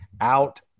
out